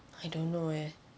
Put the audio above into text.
I don't know eh